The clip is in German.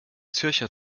zürcher